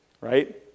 Right